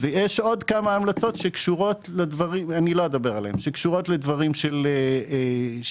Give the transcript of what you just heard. יש עוד כמה המלצות שקשורות לדברים של שקיפות,